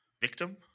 victim